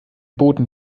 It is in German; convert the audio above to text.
boten